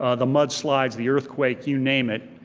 ah the mudslides, the earthquake, you name it,